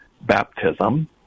baptism